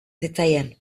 zitzaien